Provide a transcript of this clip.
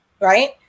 right